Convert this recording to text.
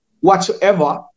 whatsoever